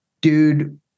dude